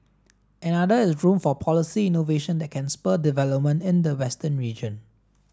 another is room for policy innovation that can spur development in the western region